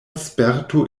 sperto